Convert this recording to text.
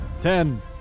Ten